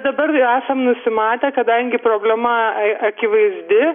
dabar jau esam nusimatę kadangi problema akivaizdi